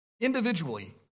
Individually